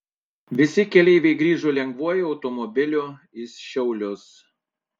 visi keleiviai grįžo lengvuoju automobiliu į šiaulius